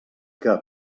que